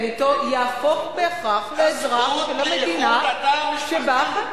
אתו יהפוך בהכרח לאזרח של המדינה שבה,